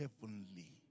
heavenly